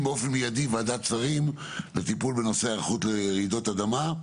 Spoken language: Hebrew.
באופן מיידי ועדת שרים לטיפול בנושא היערכות לרעידות אדמה,